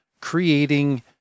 creating